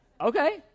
Okay